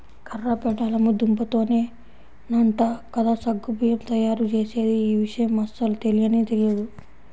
కర్ర పెండలము దుంపతోనేనంట కదా సగ్గు బియ్యం తయ్యారుజేసేది, యీ విషయం అస్సలు తెలియనే తెలియదు